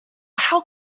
how